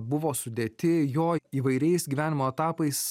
buvo sudėti jo įvairiais gyvenimo etapais